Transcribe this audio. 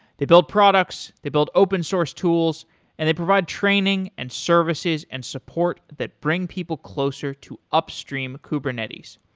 they build products, they build open source tools and they provide training and services and support that bring people closer to upstream kubernetes.